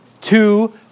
two